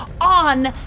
on